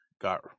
got